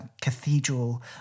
cathedral